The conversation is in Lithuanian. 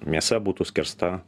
mėsa būtų skersta